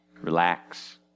relax